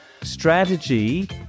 strategy